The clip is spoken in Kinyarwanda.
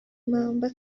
mamba